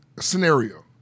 Scenario